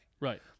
Right